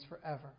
forever